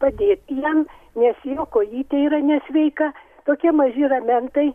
padėti jam nes jo kojytė yra nesveika tokie maži ramentai